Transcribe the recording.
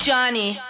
Johnny